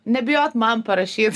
nebijot man parašyt